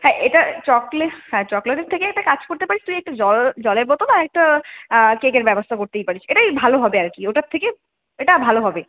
হ্যাঁ এটা চকলেট হ্যাঁ চকলেটের থেকে একটা কাজ করতে পারিস তুই একটু জল জলের বোতল আর একটা কেকের ব্যবস্থা করতেই পারিস এটাই ভালো হবে আর কি ওটার থেকে এটা ভালো হবে